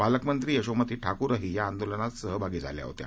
पालकमंत्री यशोमती ठाकूरही या आंदोलनात सहभागी झाल्या होत्या